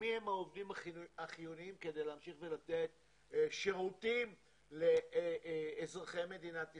מי הם העובדים החיוניים כדי להמשיך ולתת שירותים לאזרחי מדינת ישראל.